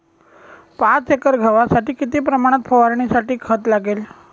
पाच एकर गव्हासाठी किती प्रमाणात फवारणीसाठी खत लागेल?